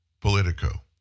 Politico